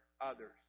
others